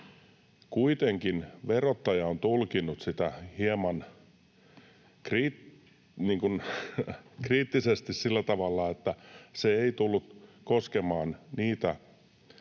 Kuitenkin verottaja on tulkinnut sitä hieman kriittisesti sillä tavalla, että se ei tullut koskemaan niitä